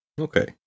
okay